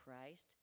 Christ